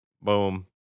boom